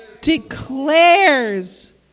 declares